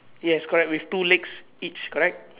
yes correct with two legs each correct